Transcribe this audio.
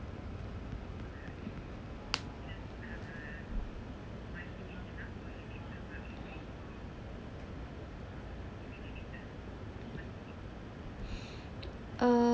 uh